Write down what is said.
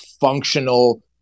functional